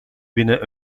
binnen